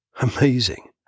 Amazing